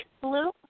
blue